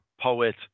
poet